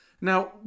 Now